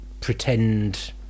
pretend